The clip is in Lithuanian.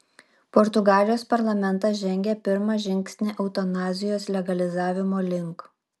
portugalijos parlamentas žengė pirmą žingsnį eutanazijos legalizavimo link